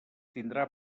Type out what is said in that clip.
tindrà